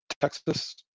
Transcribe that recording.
Texas